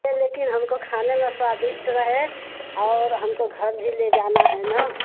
ये लेकिन हमको खाने में स्वादिष्ट रहे और हमको घर भी ले जाना है ना